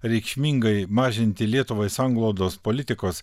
reikšmingai mažinti lietuvai sanglaudos politikos